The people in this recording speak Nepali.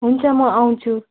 हुन्छ म आउँछु